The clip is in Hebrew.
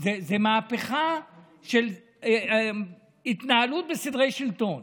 ומהפכה של ההתנהלות, של סדרי שלטון,